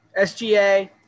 SGA